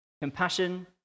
Compassion